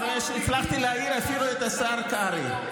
אני רואה שהצלחתי להעיר אפילו את השר קרעי.